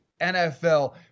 NFL